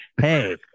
Hey